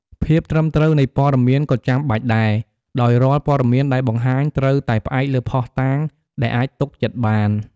ភាពត្រឹមត្រូវនៃព័ត៌មានក៏ចាំបាច់ដែរ ដោយរាល់ព័ត៌មានដែលបង្ហាញត្រូវតែផ្អែកលើភស្តុតាងដែលអាចទុកចិត្តបាន។